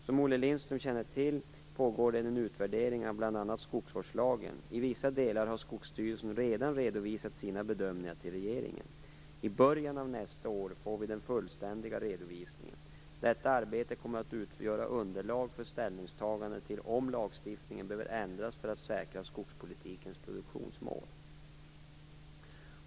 Som Olle Lindström känner till pågår en utvärdering av bl.a. skogsvårdslagen. I vissa delar har Skogsstyrelsen redan redovisat sina bedömningar till regeringen. I början av nästa år får vi den fullständiga redovisningen. Detta arbete kommer att utgöra underlag för ställningstaganden till om lagstiftningen behöver ändras för att säkra skogspolitikens produktionsmål.